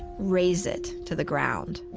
raze it to the ground.